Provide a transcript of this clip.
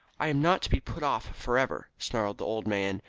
i am not to be put off for ever, snarled the old man,